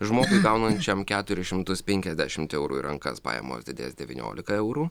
žmogui gaunančiam keturis šimtus penkiasdešimt eurų į rankas pajamos didės devyniolika eurų